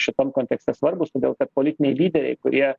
šitam kontekste svarbūs todėl kad politiniai lyderiai kurie